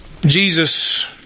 Jesus